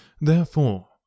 Therefore